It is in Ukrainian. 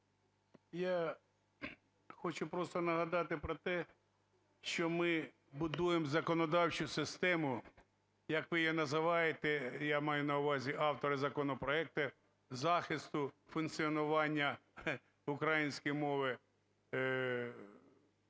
я хочу просто нагадати про те, що ми будуємо законодавчу систему, як ви її називаєте, я маю на увазі авторів законопроекту, захисту, функціонування української мови